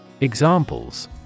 Examples